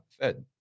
Fed